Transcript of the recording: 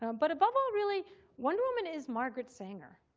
um but above all, really wonder woman is margaret sanger,